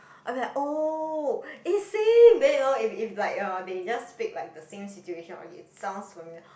I be like oh eh same then you know if if like um they just speak like the same situation or it sounds familiar